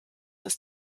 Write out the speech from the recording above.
ist